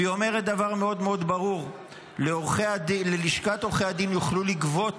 והיא אומרת דבר מאוד מאוד ברור ללשכת עורכי הדין: יוכלו לגבות